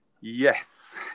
Yes